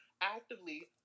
actively